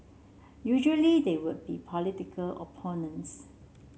usually they would be political opponents